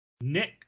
Nick